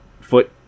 foot